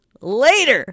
later